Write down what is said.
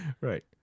right